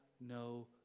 no